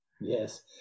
Yes